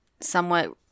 somewhat